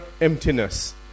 emptiness